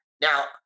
Now